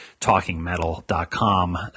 TalkingMetal.com